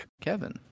kevin